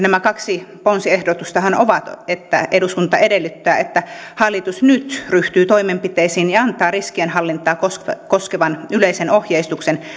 nämä kaksi ponsiehdotustahan ovat eduskunta edellyttää että hallitus nyt ryhtyy toimenpiteisiin ja antaa riskienhallintaa koskevan koskevan yleisen ohjeistuksen